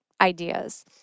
ideas